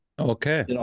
okay